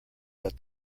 that